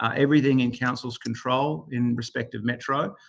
ah everything in council's control in respect of metro,